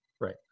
Right